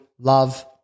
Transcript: love